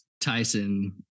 tyson